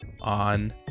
on